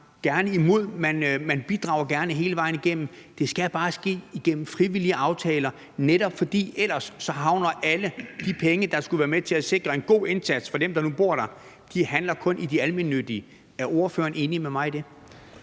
gerne imod, og man bidrager gerne hele vejen igennem. Det skal bare ske igennem frivillige aftaler, netop fordi alle de penge, der skulle være med til at sikre en god indsats for dem, der nu bor der, ellers kun havner i de almene. Er ordføreren enig med mig i det?